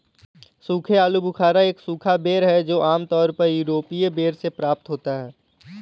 सूखे आलूबुखारा एक सूखा बेर है जो आमतौर पर यूरोपीय बेर से प्राप्त होता है